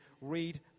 read